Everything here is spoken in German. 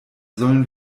sollen